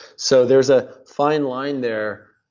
so there's a fine line there.